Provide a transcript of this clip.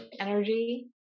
energy